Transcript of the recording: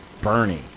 Bernie